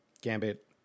gambit